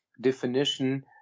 definition